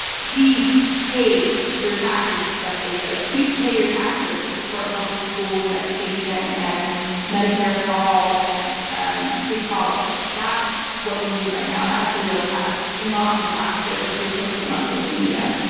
please pay your taxes. jeff bezos, please pay your taxes to support public schools, and education, and medicare for all, and um free college. that's what we need right now and that's the real test, not the black squares you're posting on social media.